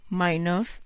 minus